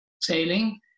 sailing